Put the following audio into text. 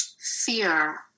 fear